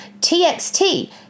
TXT